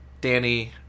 Danny